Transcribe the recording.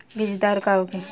बीजदर का होखे?